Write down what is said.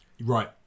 Right